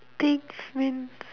things means